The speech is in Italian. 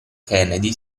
kennedy